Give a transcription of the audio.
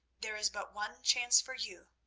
there is but one chance for you,